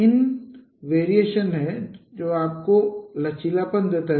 इन variation है जो आपको यह लचीलापन देता है